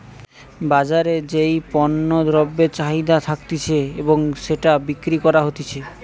বাজারে যেই পণ্য দ্রব্যের চাহিদা থাকতিছে এবং সেটা বিক্রি করা হতিছে